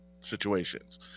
situations